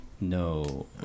No